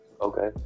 okay